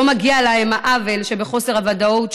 לא מגיע להם העוול שבחוסר הוודאות,